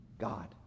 God